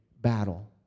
battle